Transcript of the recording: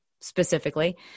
specifically